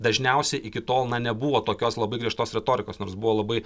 dažniausia iki tol na nebuvo tokios labai griežtos retorikos nors buvo labai